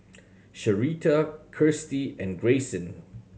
Sherita Kirstie and Grayson